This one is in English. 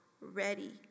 ready